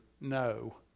no